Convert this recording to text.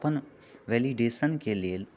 अपन वेलिडेशनके लेल